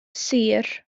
sir